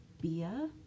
Bia